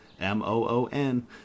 M-O-O-N